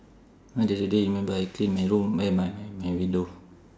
the other day you remember I clean my room eh my my my window